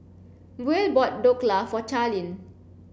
Buel bought Dhokla for Charlene